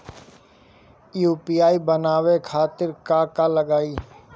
UPI बनावे खातिर का का लगाई?